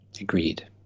Agreed